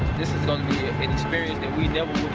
this is gonna be an experience that we never